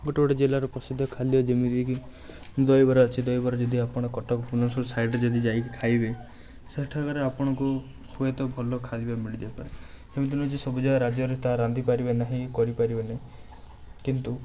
ଗୋଟେ ଗୋଟେ ଜିଲ୍ଲାର ପ୍ରସିଦ୍ଧ ଖାଦ୍ୟ ଯେମିତିକି ଦହିବରା ଅଛି ଦହିବରା ଯଦି ଆପଣ କଟକ ଭୁବନେଶ୍ୱର ସାଇଟ୍ରେ ଯଦି ଯାଇକି ଖାଇବେ ସେଠାକାରେ ଆପଣଙ୍କୁ ହୁଏତ ଭଲ ଖାଇବା ମିଳିଯାଇପାରେ ସେମିତି ନୁହେଁ ଯେ ସବୁ ଜାଗା ରାଜ୍ୟରେ ତାହା ରାନ୍ଧିପାରିବେ ନାହିଁ କରିପାରିବେ ନାହିଁ କିନ୍ତୁ